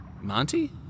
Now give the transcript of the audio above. Monty